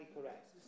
correct